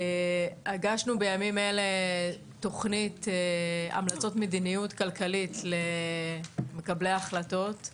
הגשנו בימים אלה תוכנית המלצות מדיניות כלכלית למקבלי ההחלטות,